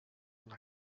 una